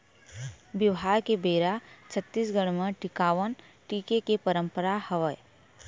बिहाव के बेरा छत्तीसगढ़ म टिकावन टिके के पंरपरा हवय